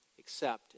Accept